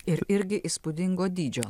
ir irgi įspūdingo dydžio